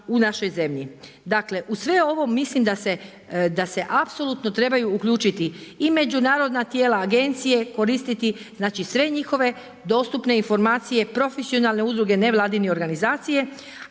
u našoj zemlji. Dakle, uz sve ovo mislim da se apsolutno trebaju uključiti i međunarodna tijela, agencije koristiti znači sve njihove dostupne informacije, profesionalne udruge nevladine organizacije.